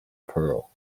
pearl